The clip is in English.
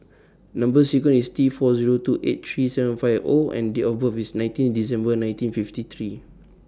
Number sequence IS T four Zero two eight three seven five O and Date of birth IS nineteen December nineteen fifty three